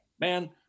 man